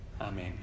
Amen